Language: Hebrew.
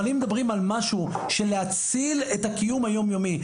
אבל אם מדברים על משהו של להציל את הקיום היומיומי,